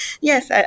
Yes